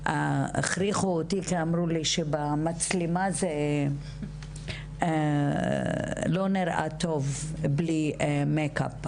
הכריחו אותי כי אמרו שבמצלמה זה לא נראה טוב בלי מייק-אפ.